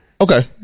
Okay